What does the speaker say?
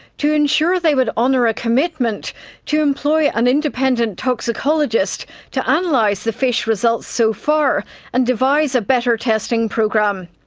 to ensure they would honour a commitment to employ an independent toxicologist to analyse um like the fish results so far and devise a better testing program.